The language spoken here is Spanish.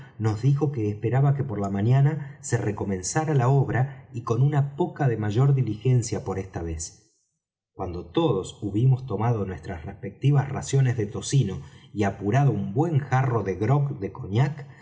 nos dijo que esperaba que por la mañana se recomenzara la obra y con una poca de mayor diligencia por esta vez cuando todos hubimos tomado nuestras respectivas raciones de tocino y apurado un buen jarro de grog de cognac